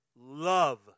love